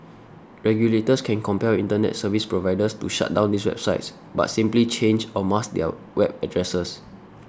regulators can compel internet service providers to shut down these right sites but simply change or mask their web addresses